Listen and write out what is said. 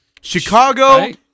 Chicago